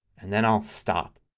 and then i'll stop.